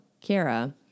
Kara